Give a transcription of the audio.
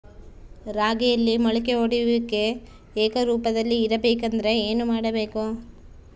ರಾಗಿಯಲ್ಲಿ ಮೊಳಕೆ ಒಡೆಯುವಿಕೆ ಏಕರೂಪದಲ್ಲಿ ಇರಬೇಕೆಂದರೆ ಏನು ಮಾಡಬೇಕು?